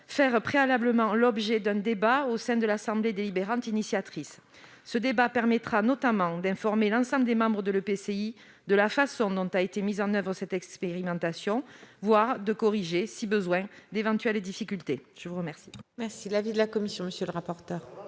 faire préalablement l'objet d'un débat au sein de l'assemblée délibérante initiatrice. Ce débat permettra notamment d'informer l'ensemble des membres de l'EPCI de la façon dont a été mise en oeuvre cette expérimentation voire, si besoin, de corriger d'éventuelles difficultés. Quel